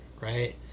right